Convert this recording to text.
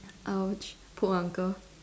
!ouch! poor uncle